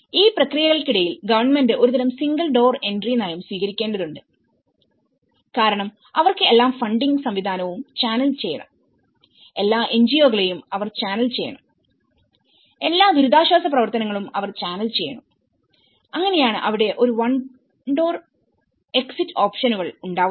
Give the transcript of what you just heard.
ഈ പ്രക്രിയയ്ക്കിടയിൽ ഗവൺമെന്റ് ഒരുതരം സിംഗിൾ ഡോർ എൻട്രി നയം സ്വീകരിക്കേണ്ടതുണ്ട് കാരണം അവർക്ക് എല്ലാ ഫണ്ടിംഗ് സംവിധാനവും ചാനൽ ചെയ്യണം എല്ലാ എൻജിഒകളെയും അവർ ചാനൽ ചെയ്യണം എല്ലാ ദുരിതാശ്വാസ പ്രവർത്തനങ്ങളും അവർ ചാനൽ ചെയ്യണംഅങ്ങനെയാണ് അവിടെ ഒരു വൺ ഡോർ എക്സിറ്റ് ഓപ്ഷനുകൾഉണ്ടാവുന്നത്